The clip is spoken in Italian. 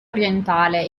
orientale